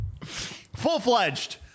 full-fledged